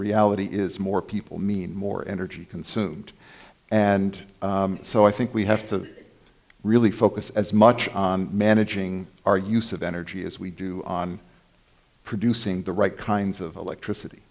reality is more people mean more energy consumed and so i think we have to really focus as much on managing our use of energy as we do on producing the right kinds of electricity